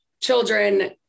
children